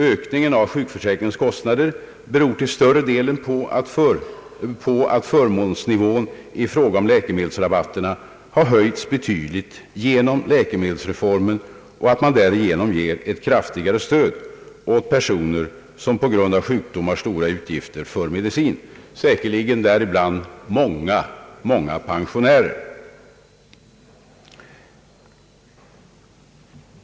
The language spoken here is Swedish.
Ökningen av sjukförsäkringens kostnader beror till större delen på att förmånsnivån i fråga om läkemedelsrabatterna har höjts betydligt genom läkemedelsreformen och att man ger ett kraftigare stöd åt personer som på grund av sjukdom har stora utgifter för medicin. Säkerligen finns bland dem många pensionärer.